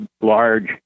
large